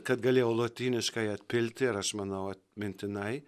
kad galėjau lotyniškai atpilti ir aš manau atmintinai